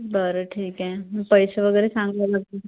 बरं ठीक आहे हं पैसे वगैरे सांग मला किती